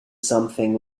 something